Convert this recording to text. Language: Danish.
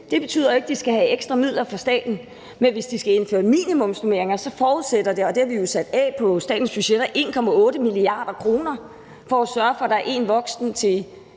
betyder ikke, at de skal have ekstra midler fra staten, men hvis de skal indføre minimumsnormeringer, forudsætter det jo – og det har vi jo sat penge af til på statens budgetter – 1,8 mia. kr. til at sørge for, at der er én voksen til